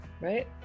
Right